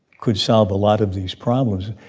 could solve a lot of these problems